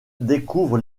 découvre